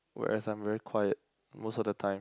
whereas I am very quiet most of the time